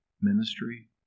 ministry